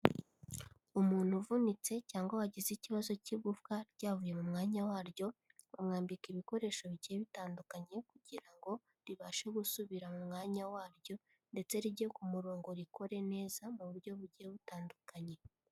Umuntu uvunitse cyangwa wagize ikibazo cy'igufwa ryavuye mu mwanya waryo, bamwambika ibikoresho bigiye bitandukanye kugira ngo ribashe gusubira mu mwanya waryo ndetse rijye ku murongo rikore neza mu buryo bugiye butandukanye.